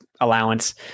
allowance